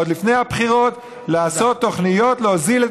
עוד לפני הבחירות: לעשות תוכניות להוריד את